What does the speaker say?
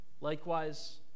Likewise